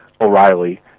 O'Reilly